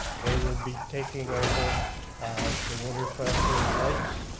they would be taking over the winter festival of lights,